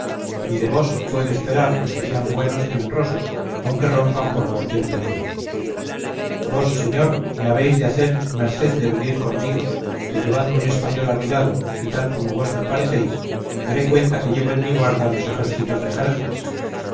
y de vos puedo esperar los que sean buenos y honrosos aunque rompan por cualquier peligro vos señor me habéis de hacer merced de venir conmigo que llevando un español a mi lado y tal como vos me parecéis haré cuenta que llevo en mi guarda los ejércitos de jerjes